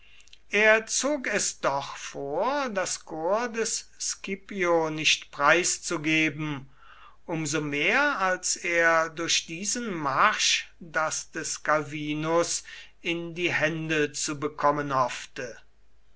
er zog es doch vor das korps des scipio nicht preiszugeben um so mehr als er durch diesen marsch das des calvinus in die hände zu bekommen hoffte